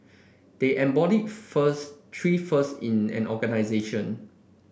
they embody first three first in an organisation